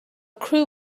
crew